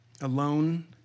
alone